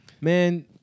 man